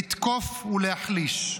לתקוף ולהחליש,